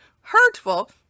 hurtful